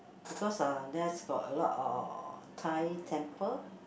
because uh there's got a lot of Thai temple